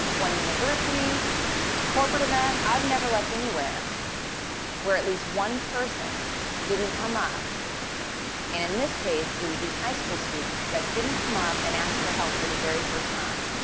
one university a corporate event, i've never left anywhere where at least one person didn't come up. and in this case, it was these high school students that didn't come up and ask for help for the very first time